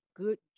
good